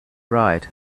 right